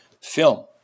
film